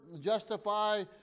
justify